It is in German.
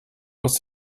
aus